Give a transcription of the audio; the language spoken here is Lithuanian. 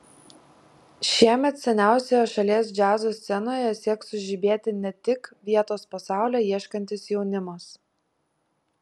šiemet seniausioje šalies džiazo scenoje sieks sužibėti ne tik vietos po saule ieškantis jaunimas